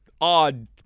odd